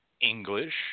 English